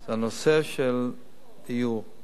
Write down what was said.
זה הנושא של דיור.